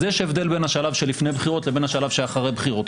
אז יש הבדל בין השלב שלפני בחירות לבין השלב שאחרי בחירות.